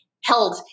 held